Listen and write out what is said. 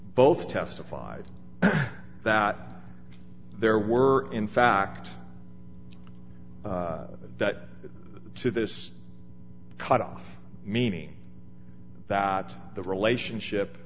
both testified that there were in fact that the two this cut off meaning that the relationship